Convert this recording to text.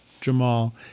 Jamal